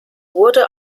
wurde